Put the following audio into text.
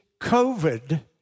COVID